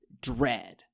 Dread